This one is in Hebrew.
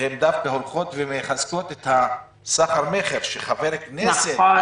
דווקא הולכות ומחזקות את הסחר מכר, שחבר כנסת